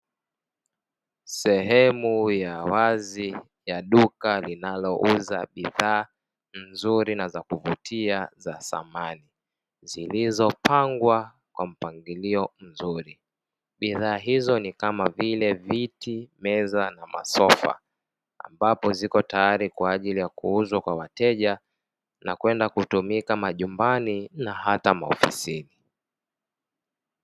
Sehemu ya wazi ya duka linalouza bidhaa nzuri na za kuvutia za samani; zilizopangwa kwa mpangilio mzuri. Bidhaa hizo ni kama vile: viti, meza na masofa, ambapo ziko tayari kwa ajili ya kuuzwa kwa wateja na kwenda kutumika majumbani na hata maofisini.